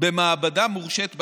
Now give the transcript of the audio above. במעבדה מורשית בארץ,